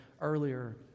earlier